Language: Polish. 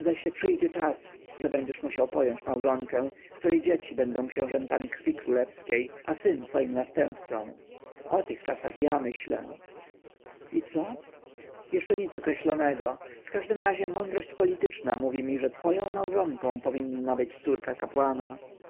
ramzesie przyjdzie czas że będziesz musiał pojąć małżonkę której dzieci będą książętami krwi królewskiej a syn twoim następcą o tych czasach ja myślę i co jeszcze nic określonego w każdym razie mądrość polityczna mówi mi że twoją małżonką powinna być córka kapłana